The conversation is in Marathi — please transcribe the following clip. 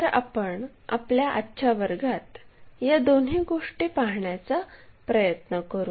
तर आपण आपल्या आजच्या वर्गात या दोन्ही गोष्टी पाहण्याचा प्रयत्न करू